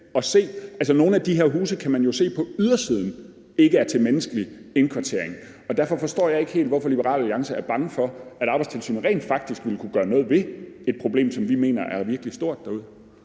nogle af de her huse kan man jo se på ydersiden ikke er til menneskelig indkvartering, og derfor forstår jeg ikke helt, hvorfor Liberal Alliance er bange for, at Arbejdstilsynet rent faktisk ville kunne gøre noget ved et problem, som vi mener er virkelig stort derude.